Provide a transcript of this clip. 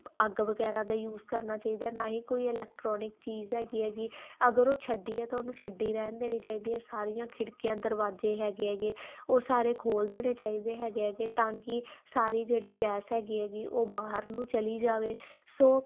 ਅੱਗ ਵਗੈਰਾ ਦਾ ਯੂਜ ਕਰਨਾ ਚਾਹੀਦਾ ਨਾ ਹੀ ਕੋਈ ਇਲੈਕਟਰੋਨਿਕ ਚੀਜ਼ ਹੈਗੀ ਐਗੀ ਅਗਰ ਉਹ ਛੱਡੀ ਆ ਤਾਂ ਉਹਨੂੰ ਛੱਡੀ ਰਹਿਣ ਦੇਣੀ ਚਾਹੀਦੀ ਹੈ ਸਾਰੀਆਂ ਖਿੜਕੀਆਂ ਦਰਵਾਜ਼ੇ ਹੈਗੇ ਐਗੇ ਉਹ ਸਾਰੇ ਖੋਲ੍ਹ ਦੇਣੇ ਚਾਹੀਦੇ ਹੈਗੇ ਹੈਗੇ ਤਾਂ ਕਿ ਸਾਰੀ ਜਿਹੜੀ ਗੈਸ ਹੈਗੀ ਐਗੀ ਉਹ ਬਾਹਰ ਨੂੰ ਚਲੀ ਜਾਵੇ ਸੋ